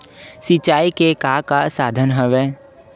सिंचाई के का का साधन हवय?